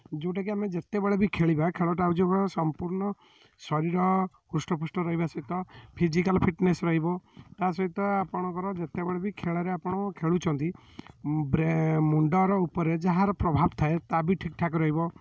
ଯେଉଁଟାକି ଆମେ ଯେତେବେଳେ ବି ଖେଳିବା ଖେଳଟା ହେଉଛି ଏକ ସମ୍ପୂର୍ଣ୍ଣ ଶରୀର ହୃଷ୍ଟପୃଷ୍ଟ ରହିବା ସହିତ ଫିଜିକାଲ୍ ଫିଟନେସ୍ ରହିବ ତା' ସହିତ ଆପଣଙ୍କର ଯେତେବେଳେ ବି ଖେଳରେ ଆପଣ ଖେଳୁଛନ୍ତି ମୁଣ୍ଡର ଉପରେ ଯାହାର ପ୍ରଭାବ ଥାଏ ତା' ବି ଠିକଠାକ ରହିବ